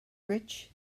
rich